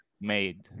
made